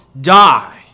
die